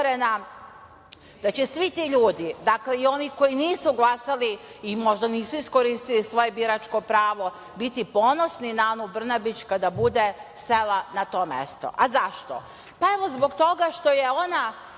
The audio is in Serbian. da će svi ti ljudi, dakle i oni koji nisu glasali i možda nisu iskoristili svoje biračko pravo, biti ponosni na Anu Brnabić kada bude sela na to mesto.A zašto? Pa evo zbog toga što je ona